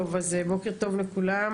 בוקר טוב לכולם.